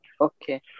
Okay